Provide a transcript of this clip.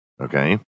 okay